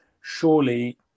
surely